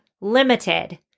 limited